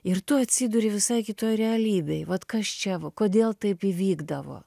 ir tu atsiduri visai kitoj realybėj vat kas čia kodėl taip įvykdavo